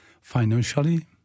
financially